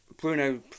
Bruno